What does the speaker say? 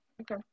Okay